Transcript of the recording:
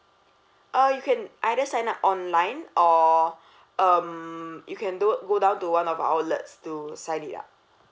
uh you can either sign up online or um you can do go down to one of our outlets to sign it up